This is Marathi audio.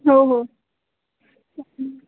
हो हो